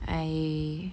I